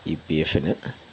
ഈ പി എഫിന്